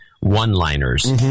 one-liners